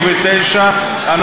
של יוצאי חבר המדינות.